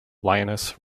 lioness